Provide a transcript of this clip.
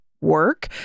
work